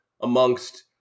amongst